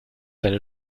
seine